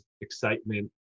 excitement